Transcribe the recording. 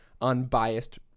unbiased